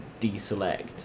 deselect